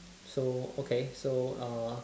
so okay so uh